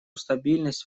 стабильность